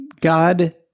God